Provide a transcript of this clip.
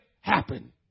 happen